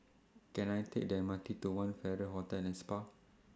Can I Take The M R T to one Farrer Hotel and Spa